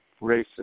racist